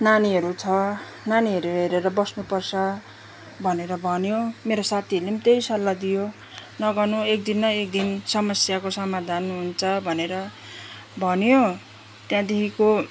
नानीहरू छ नानीहरू हेरेर बस्नुपर्छ भनेर भन्यो मेरो साथीहरूले पनि त्यही सल्लाह दियो नगर्नु एकदिन न एकदिन समस्याको समाधान हुन्छ भनेर भन्यो त्यहाँदेखिको